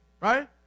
right